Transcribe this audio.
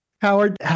Howard